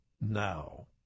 now